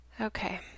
Okay